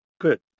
Good